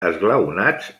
esglaonats